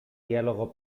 diálogo